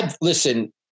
listen